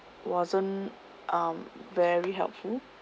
wasn't um very helpful